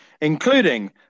including